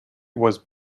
was